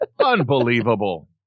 unbelievable